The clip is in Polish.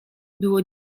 było